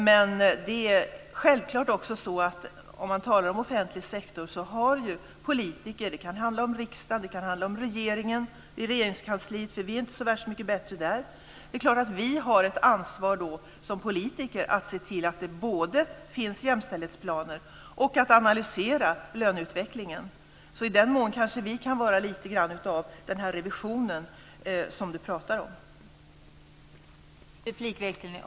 Men om man talar om offentlig sektor så har ju vi som politiker - det kan handla om riksdagen eller om regeringen, för vi är ju inte så värst mycket bättre i Regeringskansliet - självfallet ett ansvar för att både se till att det finns jämställdhetsplaner och för att analysera löneutvecklingen. I den meningen kanske vi kan vara lite grann av den revision som Margareta Andersson pratar om.